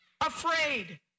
afraid